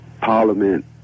Parliament